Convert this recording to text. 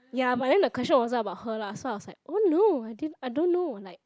ya but then question wasn't about her lah so I was like oh no I didn't I don't know like